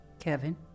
Kevin